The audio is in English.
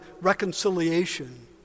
reconciliation